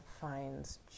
finds